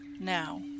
now